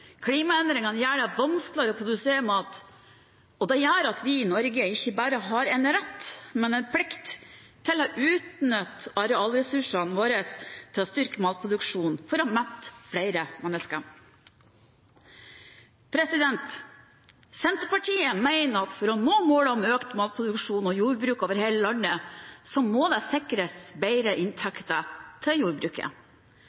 klimaendringene gjør det vanskeligere å produsere mat, og det gjør at vi i Norge ikke bare har en rett, men en plikt til å utnytte arealressursene våre til å styrke matproduksjonen for å mette flere mennesker. Senterpartiet mener at for å nå målet om økt matproduksjon og jordbruk over hele landet må det sikres bedre